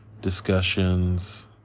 discussions